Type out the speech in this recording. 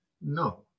No